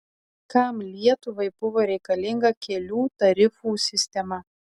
kam lietuvai buvo reikalinga kelių tarifų sistema